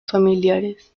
familiares